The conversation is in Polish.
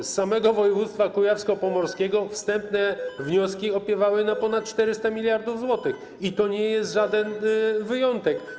W samym województwie kujawsko-pomorskim wstępne wnioski opiewały na ponad 400 mld zł i to nie jest żaden wyjątek.